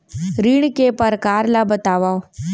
ऋण के परकार ल बतावव?